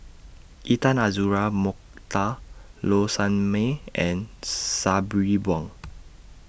Intan Azura Mokhtar Low Sanmay and Sabri Buang